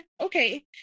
okay